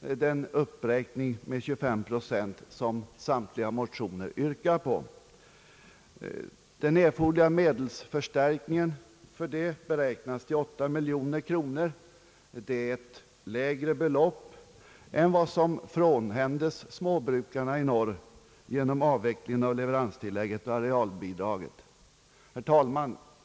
den uppräkning med 25 procent som yrkats i samtliga motioner. Den erforderliga medelsförstärkningen härför beräknas bli 8 miljoner kronor. Det är ett lägre belopp än vad som frånhänts jordbrukarna i norr genom avvecklingen av leveranstillägget och arealbidraget. Herr talman!